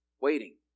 Waiting